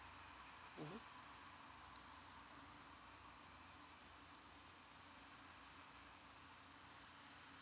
mmhmm